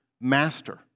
master